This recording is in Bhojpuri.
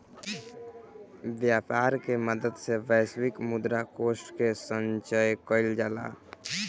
व्यापर के मदद से वैश्विक मुद्रा कोष के संचय कइल जाला